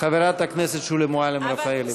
חברת הכנסת שולי מועלם-רפאלי.